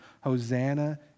Hosanna